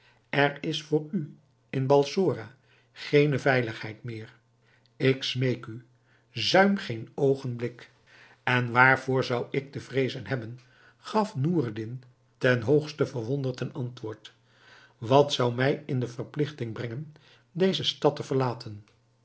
er is voor u in balsora geene veiligheid meer ik smeek u zuim geen oogenblik en waarvoor zou ik te vreezen hebben gaf noureddin ten hoogste verwonderd ten antwoord wat zou mij in de verpligting brengen deze stad te verlaten